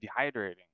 dehydrating